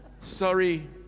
Sorry